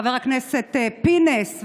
חבר הכנסת פינס,